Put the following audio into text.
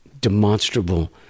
demonstrable